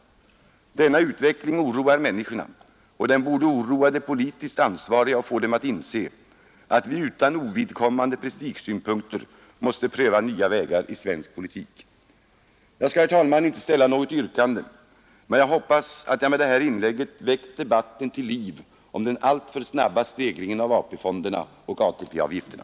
Denna utveckling oroar människorna, och den borde oroa de politiskt ansvariga och få dem att inse att vi utan ovidkommande prestigesynpunkter måste pröva nya vägar i svensk politik. Jag skall, herr talman, inte ställa något yrkande, men jag hoppas att jag med det här inlägget väckt debatten till liv om den alltför snabba stegringen av AP-fonderna och ATP-avgifterna.